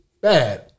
bad